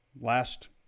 Last